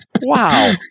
Wow